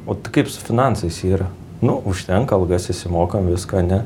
o kaip su finansais yra nu užtenka algas išsimokam viską ane